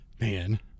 Man